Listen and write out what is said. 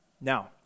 Now